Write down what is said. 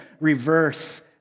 reverse